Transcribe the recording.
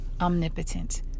omnipotent